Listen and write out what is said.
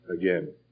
Again